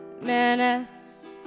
minutes